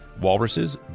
walruses